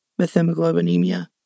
methemoglobinemia